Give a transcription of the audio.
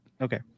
Okay